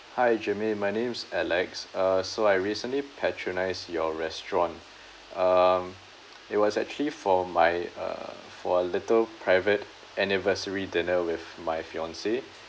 hi germaine my name's alex uh so I recently patronised your restaurant um it was actually for my uh for a little private anniversary dinner with my fiancee